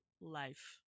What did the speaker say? life